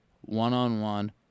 One-on-one